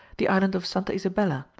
the island of santa isabella,